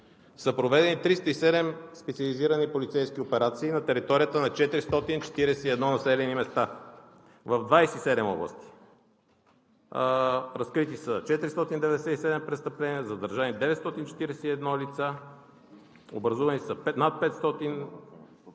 са проведени 307 специализирани полицейски операции на територията на 441 населени места в 27 области. Разкрити са 497 престъпления, задържани – 941 лица, образувани са над 500